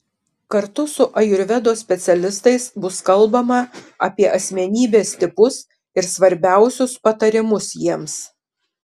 kartu su ajurvedos specialistais bus kalbama apie asmenybės tipus ir svarbiausius patarimus jiems